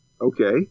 Okay